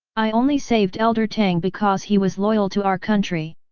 i only saved elder tang because he was loyal to our country.